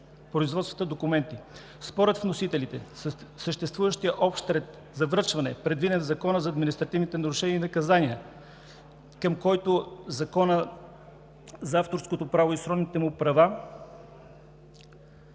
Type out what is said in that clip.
производствата документи. Според вносителите съществуващият общ ред за връчване, предвиден в Закона за административните нарушения и наказания, към който Закона за авторското право и сродните му права